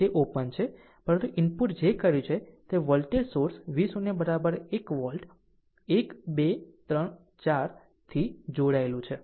તે ઓપન છે પરંતુ ઇનપુટ જે કર્યું છે તે વોલ્ટેજ સોર્સ V0 1 વોલ્ટ 1 2 3 4 થી જોડેલ છે